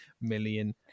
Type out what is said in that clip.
million